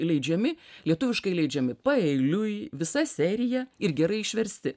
leidžiami lietuviškai leidžiami paeiliui visa serija ir gerai išversti